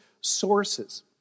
sources